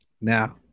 Now